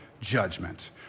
judgment